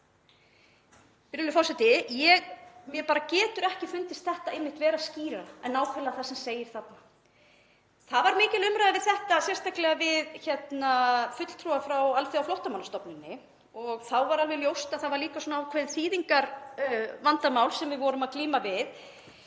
Virðulegur forseti. Mér getur ekki fundist þetta orðið skýrara en nákvæmlega það sem segir þarna. Það var mikil umræða um þetta, sérstaklega við fulltrúa frá Alþjóðaflóttamannastofnuninni. Þá var alveg ljóst að það var líka ákveðið þýðingarvandamál sem við vorum að glíma við.